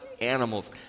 animals